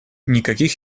никаких